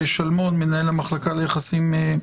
לאחר מכן נבקש מד"ר שלמון לתת לנו את הרקע